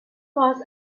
was